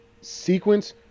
sequence